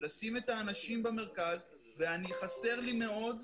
לשים את האנשים במרכז וחסר לי מאוד,